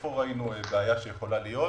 איפה ראינו בעיה שיכולה להתעורר?